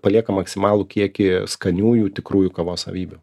palieka maksimalų kiekį skaniųjų tikrųjų kavos savybių